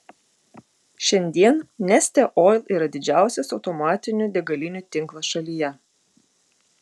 šiandien neste oil yra didžiausias automatinių degalinių tinklas šalyje